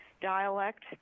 Dialect